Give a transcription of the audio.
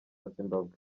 zimbabwe